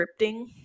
scripting